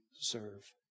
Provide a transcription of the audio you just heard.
serve